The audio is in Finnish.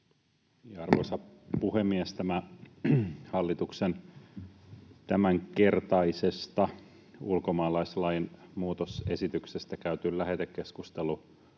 Arvoisa puhemies! Tämä hallituksen tämänkertaisesta ulkomaalaislain muutosesityksestä käyty lähetekeskustelu